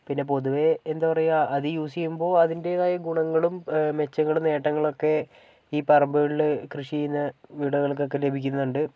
പിന്നെ പൊതുവേ എന്താ പറയുക അത് യൂസ് ചെയ്യുമ്പോൾ അതിന്റേതായ ഗുണങ്ങളും മെച്ചങ്ങളും നേട്ടങ്ങളൊക്കെ ഈ പറമ്പുകളിൽ കൃഷി ചെയ്യുന്ന വിളകൾക്കൊക്കെ ലഭിക്കുന്നുണ്ട്